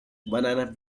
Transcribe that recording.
banana